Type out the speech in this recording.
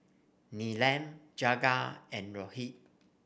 Neelam Jagat and Rohit